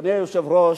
אדוני היושב-ראש,